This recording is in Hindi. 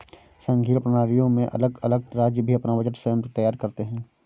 संघीय प्रणालियों में अलग अलग राज्य भी अपना बजट स्वयं तैयार करते हैं